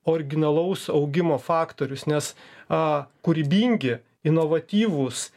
originalaus augimo faktorius nes a kūrybingi inovatyvūs